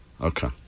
Okay